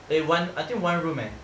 eh one I think one room eh